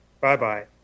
Bye-bye